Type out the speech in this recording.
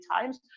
times